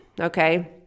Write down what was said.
okay